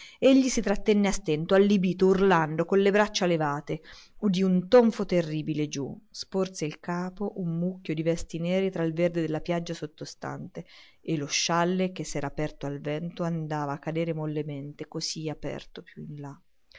egli si rattenne a stento allibito urlando con le braccia levate udì un tonfo terribile giù sporse il capo un mucchio di vesti nere tra il verde della piaggia sottostante e lo scialle che s'era aperto al vento andava a cadere mollemente così aperto più in là